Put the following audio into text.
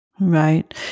Right